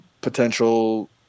potential